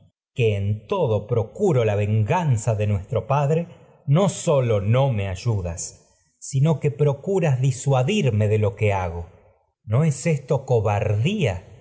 que en todo procuro ganza de nuestro padre no sólo me ayudas sino que procuras disuadirme de lo que hago no es esto cobar